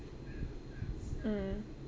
mm